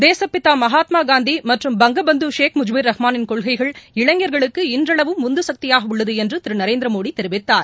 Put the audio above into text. தேசப்பிதா மகாத்மா காந்தி மற்றும் பங்க பந்து ஷேக் முஜ்பர் ரஹ்மாளின் கொள்கைகள் இளைஞர்களுக்கு இன்றளவும் உந்து சக்தியாக உள்ளது என்று திரு நரேந்திரமோடி தெரிவித்தார்